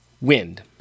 wind